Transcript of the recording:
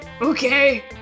Okay